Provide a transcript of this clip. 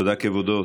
תודה, כבודו.